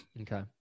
Okay